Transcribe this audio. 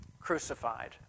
crucified